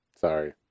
Sorry